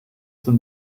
zum